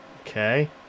okay